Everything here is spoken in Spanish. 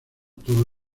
todo